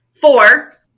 Four